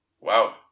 wow